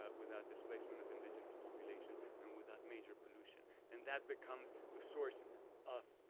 ah without displacement of indigenous populations, and without major pollution. and that becomes the source of,